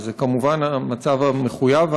וזה כמובן המצב המחויב,